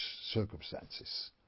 circumstances